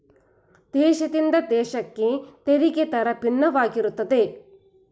ದೇಶದಿಂದ ದೇಶಕ್ಕೆ ತೆರಿಗೆ ದರ ಭಿನ್ನವಾಗಿರುತ್ತದೆ